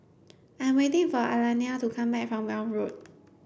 I'm waiting for Alayna to come back from Welm Road